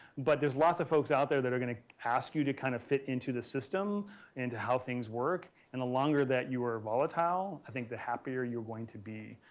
but there's lots of folks out there that are going to ask you to kind of fit into the system into how things work. and the longer that you are a volatile i think the happier you're going to be.